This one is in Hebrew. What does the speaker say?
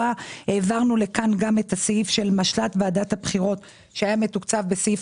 העברנו לכאן גם את סעיף משל"ט ועדת הבחירות שהיה מתוקצב בסעיף